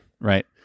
Right